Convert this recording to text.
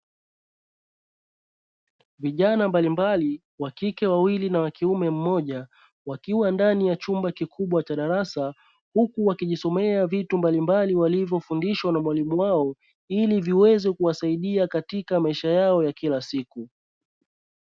Vijana mbalimbali wakike wawili na wa kiume mmoja wakiwa ndani ya chumba kikubwa cha darasa huku wakijisomea vitu mbalimbali walivyo fundishwa na mwalimu wao ili viweze kuwasaidia katika maisha yao ya kila siku.